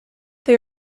they